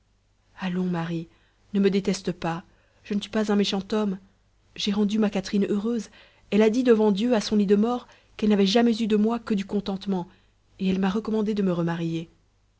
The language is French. marie ne me déteste pas je ne suis pas un méchant homme j'ai rendu ma catherine heureuse elle a dit devant dieu à son lit de mort qu'elle n'avait jamais eu de moi que du contentement et elle m'a recommandé de me remarier